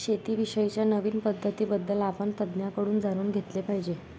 शेती विषयी च्या नवीन पद्धतीं बद्दल आपण तज्ञांकडून जाणून घेतले पाहिजे